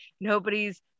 nobody's